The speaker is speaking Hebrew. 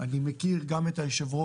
אני מכיר באופן אישי את היושב-ראש,